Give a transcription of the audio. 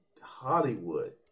Hollywood